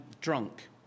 drunk